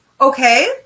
Okay